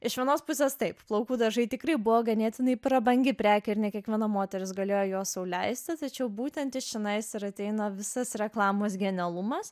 iš vienos pusės taip plaukų dažai tikrai buvo ganėtinai prabangi prekė ir ne kiekviena moteris galėjo juos sau leisti tačiau būtent iš čianais ir ateina visas reklamos genialumas